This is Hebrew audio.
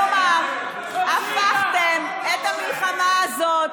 כלומר, הפכתם את המלחמה הזאת